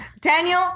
Daniel